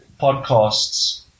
podcasts